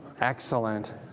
Excellent